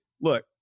look